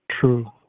True